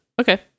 okay